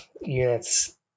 units